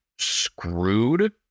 screwed